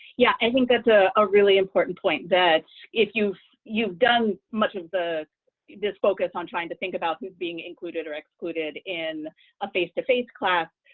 yeah, i think that's ah a really important point that if you've you've done much of the this focus on trying to think about who's being included or excluded in a face-to-face class,